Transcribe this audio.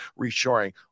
reshoring